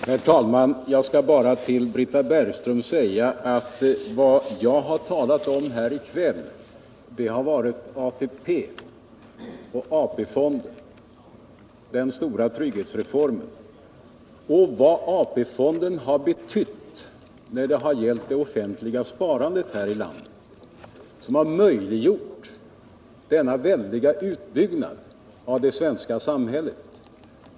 Herr talman! Jag skall bara till Britta Bergström säga att vad jag har talat om här i kväll har varit ATP och AP-fonden, den stora trygghetsreformen och vad AP-fonden har betytt när det gällt det offentliga sparandet här i landet som har möjliggjort denna väldiga utbyggnad av det svenska samhället.